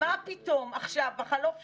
מה פתאום עכשיו, בחלוף שנתיים,